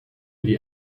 die